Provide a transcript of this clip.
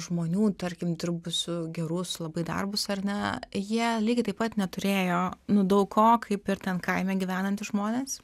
žmonių tarkim dirbusių gerus labai darbus ar ne jie lygiai taip pat neturėjo nu daug ko kaip ir ten kaime gyvenantys žmonės